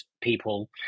people